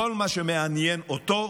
כל מה שמעניין אותו,